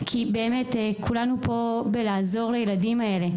כולנו באמת פה כדי לעזור לילדים האלה,